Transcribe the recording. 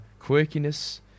Quirkiness